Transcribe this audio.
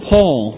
Paul